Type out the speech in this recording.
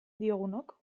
diogunok